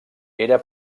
era